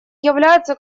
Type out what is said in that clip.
являются